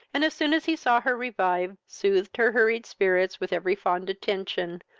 and, as soon as he saw her revive, soothed her hurried spirits with every fond attention,